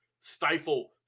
stifle